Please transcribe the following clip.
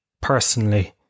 personally